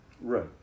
Right